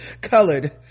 colored